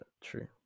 True